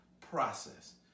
process